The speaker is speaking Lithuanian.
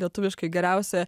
lietuviškai geriausia